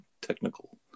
technical